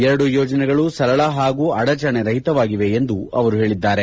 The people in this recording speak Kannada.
ಎರಡೂ ಯೋಜನೆಗಳು ಸರಳ ಹಾಗೂ ಅಡಚಣೆ ರಹಿತವಾಗಿವೆ ಎಂದು ಅವರು ಹೇಳಿದ್ದಾರೆ